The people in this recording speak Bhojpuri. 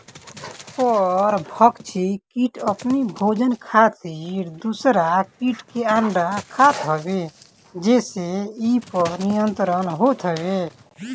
परभक्षी किट अपनी भोजन खातिर दूसरा किट के अंडा खात हवे जेसे इ पर नियंत्रण होत हवे